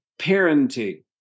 parenting